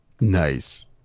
Nice